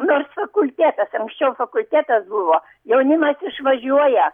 nors fakultetas anksčiau fakultetas buvo jaunimas išvažiuoja